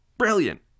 Brilliant